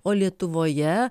o lietuvoje